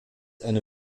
eine